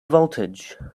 voltage